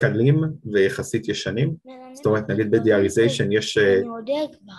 ‫מקלים ויחסית ישנים. ‫זאת אומרת, נגיד בדיאריזיישן יש...